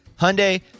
Hyundai